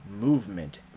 movement